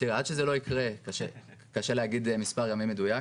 עד שזה לא יקרה, קשה להגיד מספר ימים מדויק.